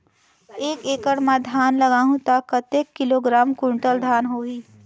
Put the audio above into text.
एक एकड़ मां धान लगाहु ता कतेक किलोग्राम कुंटल धान होही?